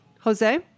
Jose